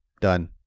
Done